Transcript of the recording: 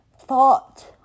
thought